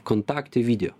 kontakti video